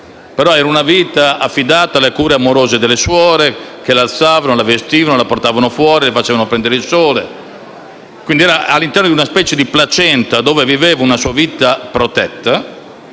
tuttavia una vita affidata alle cure amorose delle suore: la alzavano, la vestivano, la portavano fuori, le facevano prendere il sole. Quindi, era all'interno di una specie di placenta dove viveva una sua vita protetta.